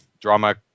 drama